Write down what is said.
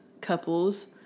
couples